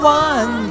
one